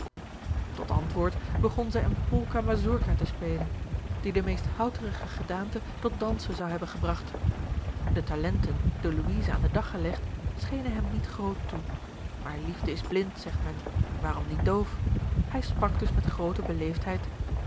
tot antwoord begon zij eene polka mazurka te spelen die de meest houterige gedaante tot dansen zou hebben gebragt de talengeorge een ongeluksvogel ten door louise aan den dag gelegd schenen hem niet groot toe maar liefde is blind zegt men waarom niet doof hij sprak dus met groote